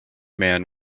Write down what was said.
man